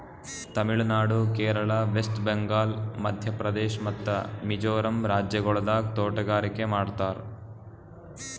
Tamil Nadu, Kerala, west Bengal, Madhya Pradesh ಮತ್ತ ಮಿಜೋರಂ ರಾಜ್ಯಗೊಳ್ದಾಗ್ ತೋಟಗಾರಿಕೆ ಮಾಡ್ತಾರ್